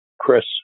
Chris